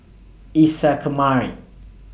Isa Kamari